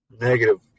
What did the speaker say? negative